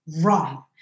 wrong